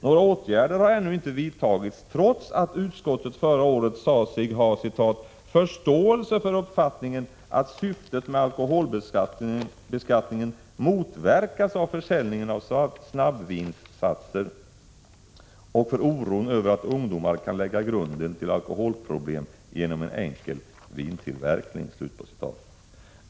Några åtgärder har ännu inte vidtagits trots att utskottet förra året sade sig ha ”förståelse för uppfattningen att syftet med alkoholbeskattningen motverkas av försäljningen av snabbvinssatser och för oron över att ungdomar kan lägga grunden till alkoholproblem genom en enkel vintillverkning”.